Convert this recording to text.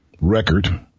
record